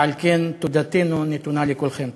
ולכן, תודתנו נתונה לכולכם.